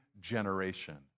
generation